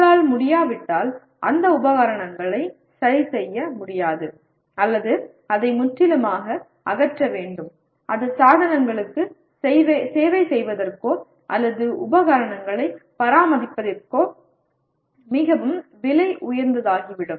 உங்களால் முடியாவிட்டால் அந்த உபகரணங்களை சரிசெய்ய முடியாது அல்லது அதை முற்றிலுமாக அகற்ற வேண்டும் அது சாதனங்களுக்கு சேவை செய்வதற்கோ அல்லது உபகரணங்களை பராமரிப்பதற்கோ மிகவும் விலை உயர்ந்ததாகிவிடும்